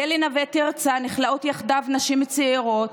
בכלא נווה תרצה נכלאות יחדיו נשים צעירות,